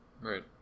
Right